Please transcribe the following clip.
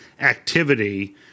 activity